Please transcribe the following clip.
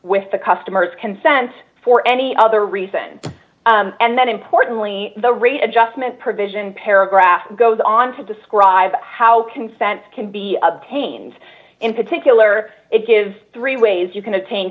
with the customer's consent for any other reason and then importantly the rate adjustment provision paragraph goes on to describe how consent can be obtained in particular it gives three ways you can attain